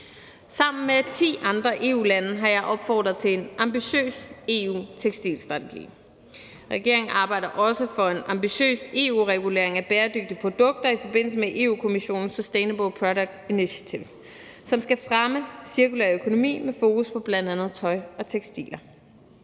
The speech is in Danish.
Sammen med ti andre EU-lande har jeg opfordret til en ambitiøs EU-tekstilstrategi. Regeringen arbejder også for en ambitiøs EU-regulering af bæredygtige produkter i forbindelse med Europa-Kommissionens Sustainable Products Initiative, som skal fremme cirkulær økonomi med fokus på bl.a. tøj og tekstiler.